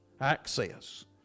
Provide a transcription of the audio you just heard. Access